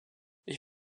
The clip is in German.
ich